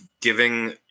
giving